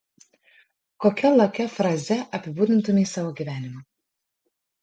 kokia lakia fraze apibūdintumei savo gyvenimą